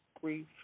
grief